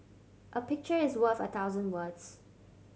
a picture is worth a thousand words